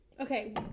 Okay